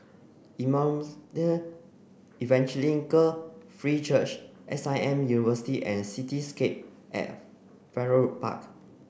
Emmanuel Evangelical Free Church S I M University and Cityscape at Farrer Park